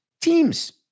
teams